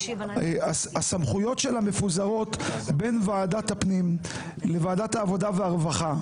הסמכויות שלה מפוזרות בין ועדת הפנים לוועדת העבודה והרווחה.